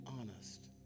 honest